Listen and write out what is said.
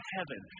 Heaven